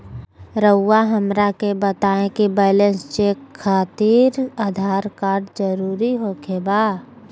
रउआ हमरा के बताए कि बैलेंस चेक खातिर आधार कार्ड जरूर ओके बाय?